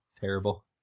Terrible